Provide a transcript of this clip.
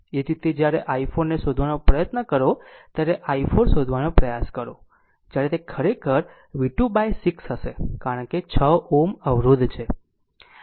એ જ રીતે જ્યારે i4 ને શોધવાનો પ્રયત્ન કરો ત્યારે i4 શોધવાનો પ્રયાસ કરો જ્યારે તે ખરેખર v2 by 6 છે કારણ કે 6 Ω અવરોધ છે